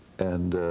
and